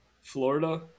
florida